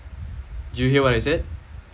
you hear what I said